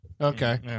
Okay